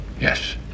yes